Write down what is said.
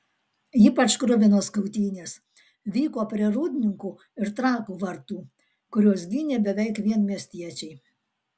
ypač kruvinos kautynės vyko prie rūdninkų ir trakų vartų kuriuos gynė beveik vien miestiečiai